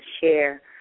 share